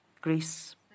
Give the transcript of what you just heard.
Greece